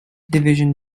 division